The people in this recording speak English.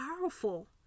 powerful